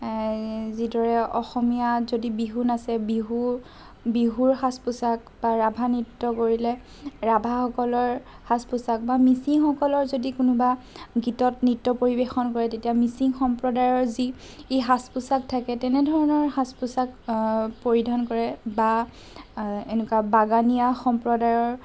যিদৰে অসমীয়া যদি বিহু নাচে বিহু বিহুৰ সাজ পোছাক বা ৰাভা নৃত্য কৰিলে ৰাভাসকলৰ সাজ পোছাক বা মিচিংসকলৰ যদি কোনোবা গীতত নৃত্য পৰিৱেশন কৰে তেতিয়া মিচিং সম্প্ৰদায়ৰ যি সাজ পোছাক থাকে তেনেধৰণৰ সাজ পোছাক পৰিধান কৰে বা এনেকুৱা বাগানীয়া সম্প্ৰদায়ৰ